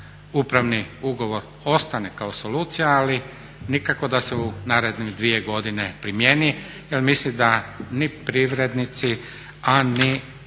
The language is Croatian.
upravni ugovor ostane kao solucija ali nikako da se u naredne dvije godine primjeni jer mislim da ni privrednici a ni